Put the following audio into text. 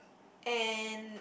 and